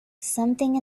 something